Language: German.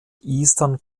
eastern